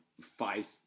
five